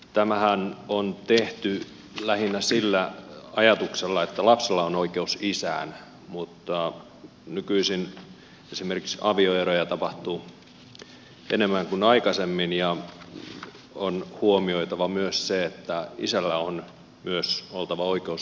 tämähän on tehty lähinnä sillä ajatuksella että lapsella on oikeus isään mutta nykyisin esimerkiksi avioeroja tapahtuu enemmän kuin aikaisemmin ja on huomioitava myös se että isällä on myös oltava oikeus lapseen